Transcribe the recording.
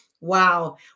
Wow